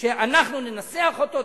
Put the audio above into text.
שאנחנו ננסח אותו,